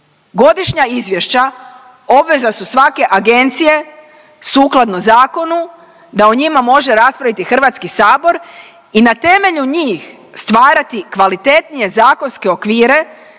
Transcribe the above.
Godišnja izvješća obveza su svake agencije sukladno zakonu da o njima može raspraviti HS i na temelju njih stvarati kvalitetnije zakonske okvire